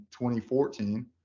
2014